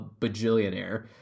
bajillionaire